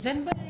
אז אין בעיה.